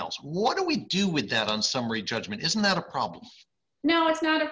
else what do we do with death on summary judgment is not a problem now it's not a